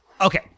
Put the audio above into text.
Okay